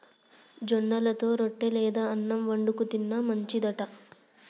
జొన్నలతో రొట్టె లేదా అన్నం వండుకు తిన్న మంచిది అంట